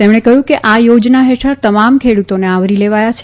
તેમણે કહ્યું કે આ યોજના હેઠળ તમામ ખેડૂતોને આવરી લેવાયા છે